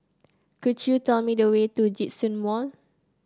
could you tell me the way to Djitsun Mall